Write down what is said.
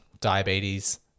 diabetes